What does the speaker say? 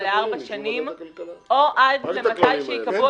לארבע שנים או עד למתי שייקבעו הכללים.